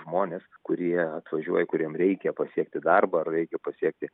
žmonės kurie atvažiuoja kuriem reikia pasiekti darbą ar reikia pasiekti